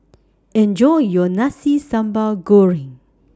Enjoy your Nasi Sambal Goreng